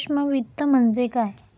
सूक्ष्म वित्त म्हणजे काय?